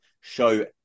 show